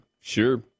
Sure